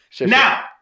Now